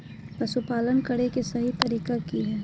पशुपालन करें के सही तरीका की हय?